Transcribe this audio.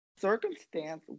circumstance